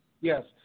Yes